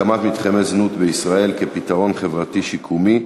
הקמת מתחמי זנות בישראל כ"פתרון חברתי-שיקומי"